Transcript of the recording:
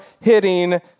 hitting